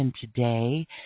today